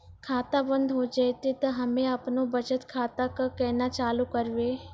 खाता बंद हो जैतै तऽ हम्मे आपनौ बचत खाता कऽ केना चालू करवै?